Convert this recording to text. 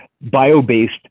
bio-based